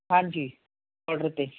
ਹਾਂਜੀ ਆਰਡਰ 'ਤੇ